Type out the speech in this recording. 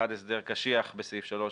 אחד הסדר קשיח בסעיף 3,